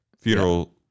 funeral